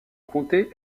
comté